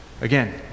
Again